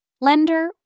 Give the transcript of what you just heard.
lender